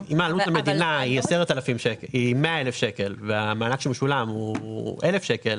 אם העלות למדינה היא 100,000 שקל והמענק שמשולם הוא 1,000 שקל